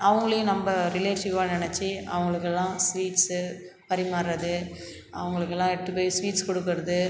அவங்களையும் நம்ம ரிலேட்ஷுவா நினச்சி அவங்களுக்கு எல்லாம் ஸ்வீட்ஸு பரிமார்றது அவங்களுக்கு எல்லாம் எடுத்து போய் ஸ்வீட்ஸ் கொடுக்குறது